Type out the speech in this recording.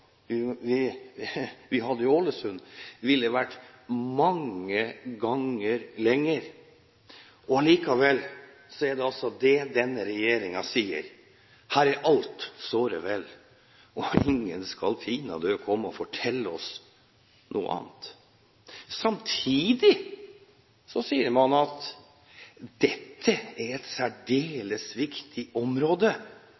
vi hadde i Ålesund, ville vært mange ganger lengre. Allikevel sier denne regjeringen: Her er alt såre vel, og ingen skal pinadø komme og fortelle oss noe annet. Samtidig sier man at dette er et